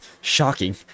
Shocking